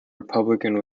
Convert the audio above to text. republican